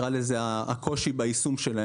הקושי ביישום שלהם.